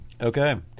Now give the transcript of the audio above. Okay